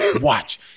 watch